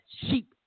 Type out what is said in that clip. sheep